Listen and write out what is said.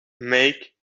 make